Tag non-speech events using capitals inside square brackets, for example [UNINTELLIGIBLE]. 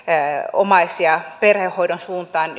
omais ja perhehoidon suuntaan [UNINTELLIGIBLE]